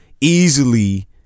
easily